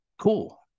cool